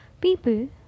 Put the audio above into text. People